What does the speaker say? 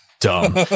dumb